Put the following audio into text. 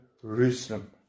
Jerusalem